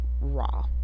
raw